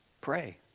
pray